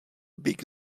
big